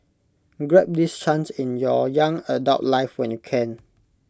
grab this chance in your young adult life when you can